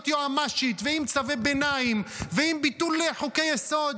יועמ"שית ועם צווי ביניים ועם ביטול חוקי-יסוד,